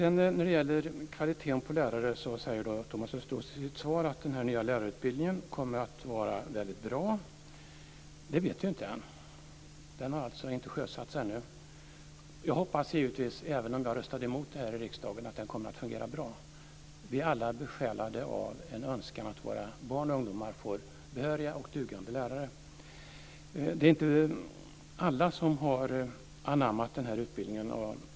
När det gäller kvaliteten på lärare säger Thomas Östros i sitt svar att den nya lärarutbildningen kommer att vara mycket bra. Det vet vi inte än. Den har ännu inte sjösatts. Jag hoppas givetvis - även om jag röstade emot förslaget i riksdagen - att det kommer att fungera bra. Vi är alla besjälade av en önskan om att våra barn och ungdomar får behöriga och dugande lärare. Det är inte alla som har anammat utbildningen.